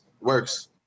works